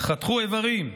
חתכו איברים.